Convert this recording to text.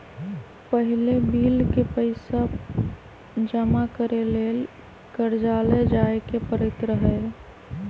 पहिले बिल के पइसा जमा करेके लेल कर्जालय जाय के परैत रहए